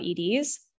EDs